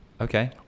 Okay